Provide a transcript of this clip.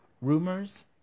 Rumors